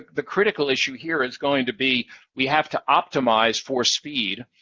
the critical issue here is going to be we have to optimize for speed,